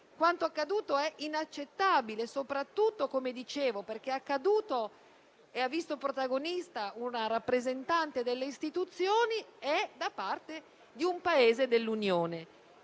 Quanto accaduto è inaccettabile, soprattutto, come dicevo, perché ha visto protagonista una rappresentante delle istituzioni di un Paese dell'Unione.